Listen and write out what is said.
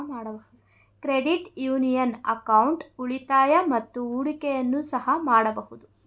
credit union account ಉಳಿತಾಯ ಮತ್ತು ಹೂಡಿಕೆಯನ್ನು ಸಹ ಮಾಡಬಹುದು